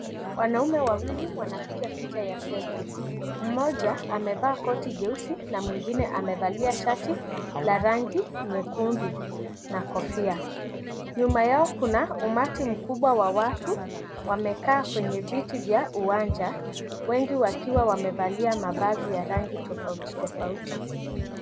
Wanaume wawili wanapiga picha ya selfie mmoja amevaa koti jeusi na mwingine amevalia shati la rangi nyekundu na kofia, nyuma yao kuna umati mkubwa wa watu wamekaa kwenye viti vya uwanja wengi wakiwa wamevalia mavazi ya rangi tofauti tofauti.